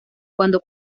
cuando